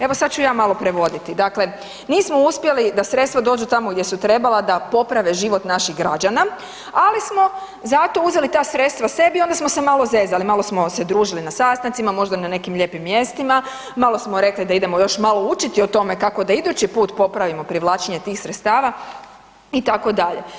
Evo sad ću ja malo prevoditi, dakle nismo uspjeli da sredstva dođu tamo gdje su trebala, da poprave život naših građana, ali smo zato uzeli za sredstva sebi i onda smo se malo zezali, malo smo se družili na sastancima, možda na nekim lijepim mjestima, malo smo rekli da idemo još malo učiti o tome kako da idući put popravimo privlačenje tih sredstava itd.